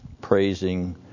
praising